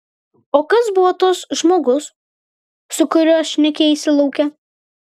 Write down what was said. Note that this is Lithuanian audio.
o kas buvo tas žmogus su kuriuo šnekėjaisi lauke